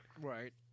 right